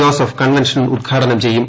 Joseph convention ഉദ്ഘാടനം ചെയ്യും